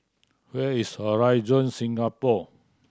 where is Horizon Singapore